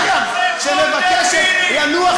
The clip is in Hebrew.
ושמעתי גם מאיפה היא מגיעה.